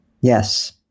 Yes